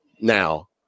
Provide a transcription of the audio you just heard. Now